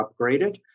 upgraded